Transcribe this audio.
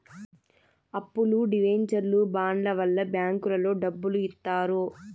అప్పులు డివెంచర్లు బాండ్ల వల్ల బ్యాంకులో డబ్బులు ఇత్తారు